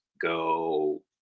go